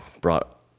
brought